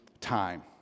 time